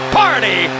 party